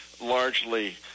largely